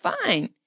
fine